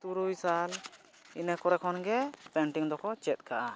ᱛᱩᱨᱩᱭ ᱥᱟᱞ ᱤᱱᱟᱹ ᱠᱚᱨᱮ ᱠᱷᱚᱱ ᱜᱮ ᱫᱚᱠᱚ ᱪᱮᱫ ᱟᱠᱟᱫᱼᱟ